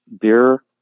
beer